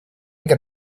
got